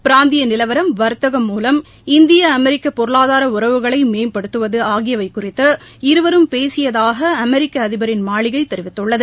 பிராந்தியநிலவரம் வாத்தகம் மூலம் இந்திய அமெரிக்கபொருளாதாரஉறவுகளைமேம்படுத்துவது ஆகியவைகுறித்து இருவரும் பேசியதாகஅமெிக்கஅதிபரின் மாளிகைதெரிவித்துள்ளது